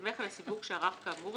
ויסתמך על הסיווג שערך כאמור,